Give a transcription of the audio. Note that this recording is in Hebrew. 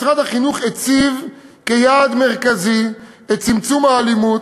משרד החינוך הציב כיעד מרכזי את צמצום האלימות,